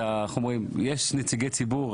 יש נציגי ציבור,